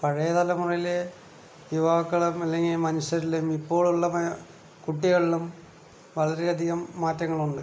പഴയ തലമുറയിലെ യുവാക്കൾ അല്ലങ്കിൽ മനുഷ്യരിലിന്നിലും ഇപ്പോഴുള്ള കുട്ടികളിലും വളരെ അധികം മാറ്റങ്ങളുണ്ട്